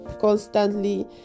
constantly